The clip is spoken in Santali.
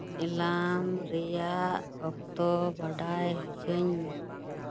ᱮᱞᱟᱢ ᱨᱮᱭᱟᱜ ᱚᱠᱛᱚ ᱵᱟᱰᱟᱭ ᱦᱚᱪᱚᱧ ᱢᱮ